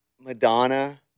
Madonna